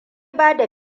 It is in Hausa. bada